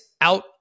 out